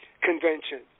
Convention